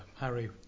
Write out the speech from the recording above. Harry